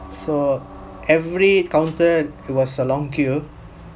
so every counter it was a long queue